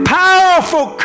powerful